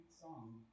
song